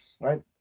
Right